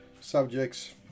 subjects